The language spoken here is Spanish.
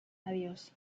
adiós